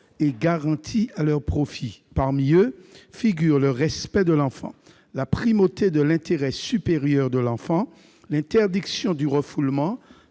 et garanties à leur profit. Parmi eux figurent le respect de l'enfant, la primauté de l'intérêt supérieur de l'enfant, l'interdiction du refoulement,